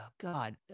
God